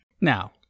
Now